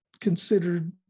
considered